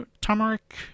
turmeric